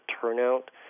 turnout